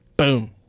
Boom